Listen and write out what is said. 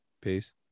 Peace